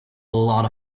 lot